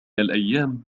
الأيام